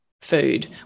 food